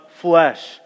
flesh